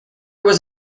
was